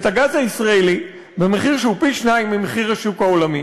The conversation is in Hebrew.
את הגז הישראלי במחיר שהוא פי-שניים ממחיר השוק העולמי,